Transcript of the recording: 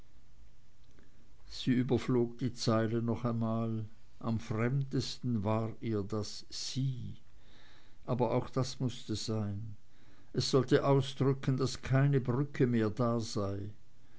sie überflog die zeilen noch einmal am fremdesten war ihr das sie aber auch das mußte sein es sollte ausdrücken daß keine brücke mehr da sei